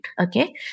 Okay